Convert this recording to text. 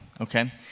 Okay